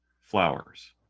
flowers